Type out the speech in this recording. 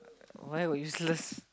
why will useless